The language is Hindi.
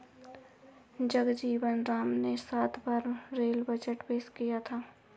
जगजीवन राम ने सात बार रेल बजट पेश किया था